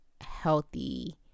healthy